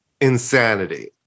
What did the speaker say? insanity